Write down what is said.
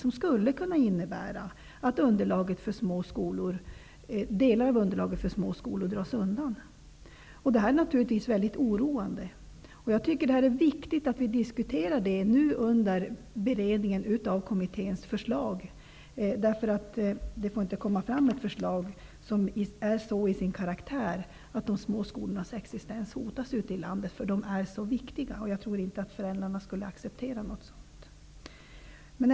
Det skulle kunna innebära att delar av underlaget för små skolor försvinner. Detta är naturligtvis mycket oroande. Det är viktigt att vi diskuterar dessa frågor under beredningen av kommitténs förslag. Det får inte komma ett förslag från regeringen som har en sådan karaktär att de små skolornas existens hotas ute i landet. De är så viktiga. Jag tror inte att föräldrarna kommer att acceptera något sådant.